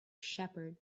shepherd